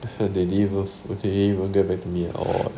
they didn't even they didn't even get back to me at all leh